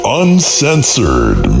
uncensored